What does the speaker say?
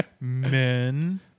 Men